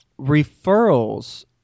referrals